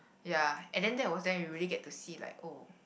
ya and then that was when we really get to see like oh